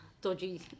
Dodgy